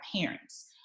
parents